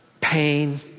pain